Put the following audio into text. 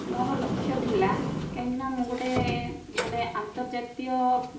ମୋର ଲକ୍ଷ ଥିଲା କାହିଁକିନା ମୁଁ ଗୋଟିଏ ମାନେ ଆନ୍ତର୍ଜାତୀୟ